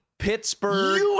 Pittsburgh